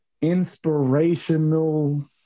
inspirational